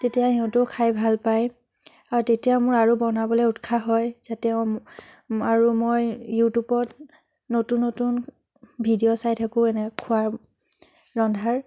তেতিয়া সিহঁতেও খাই ভাল পায় আৰু তেতিয়া মোৰ আৰু বনাবলে উৎসাহ হয় যাতে আৰু মই ইউটিউবত নতুন নতুন ভিডিঅ' চাই থাকোঁ এনেকৈ খোৱাৰ ৰন্ধাৰ